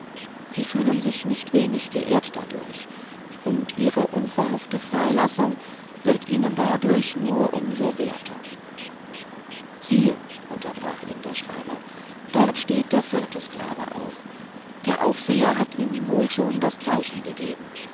sie fühlen sich nicht wenig geehrt dadurch und ihre unverhoffte freilassung wird ihnen dadurch nur um so werter siehe unterbrach ihn der schreiber dort steht der vierte sklave auf der aufseher hat ihm wohl schon das zeichen gegeben